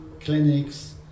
clinics